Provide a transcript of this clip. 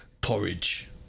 Porridge